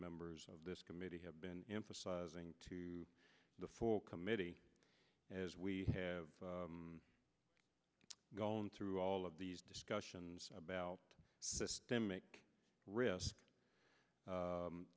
members of this committee have been emphasizing to the full committee as we have gone through all of these discussions about systemic risk